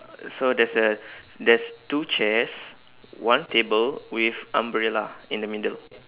uh so there's a there's two chairs one table with umbrella in the middle